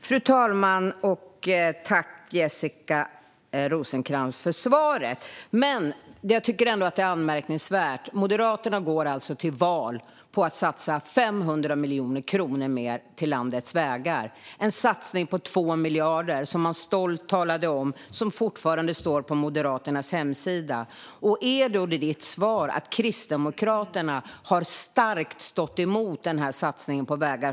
Fru talman! Tack, Jessica Rosencrantz, för svaret! Jag tycker ändå att det är anmärkningsvärt att Moderaterna går till val på att satsa 500 miljoner kronor mer till landets vägar. Det är en satsning på 2 miljarder, som man stolt talade om och som fortfarande finns angiven på Moderaternas hemsida. Är ditt svar att Kristdemokraterna har starkt stått emot satsningen på vägar?